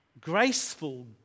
graceful